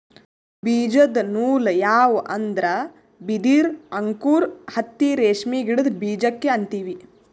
ಬೀಜದ ನೂಲ್ ಯಾವ್ ಅಂದ್ರ ಬಿದಿರ್ ಅಂಕುರ್ ಹತ್ತಿ ರೇಷ್ಮಿ ಗಿಡದ್ ಬೀಜಕ್ಕೆ ಅಂತೀವಿ